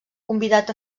convidat